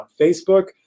Facebook